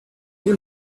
you